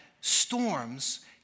storms